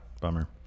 bummer